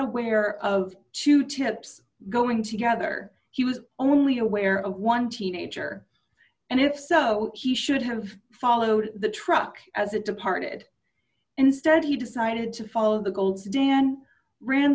aware of two tips going together he was only aware of one teenager and if so he should have followed the truck as it departed instead he decided to follow the gold's dan